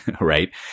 right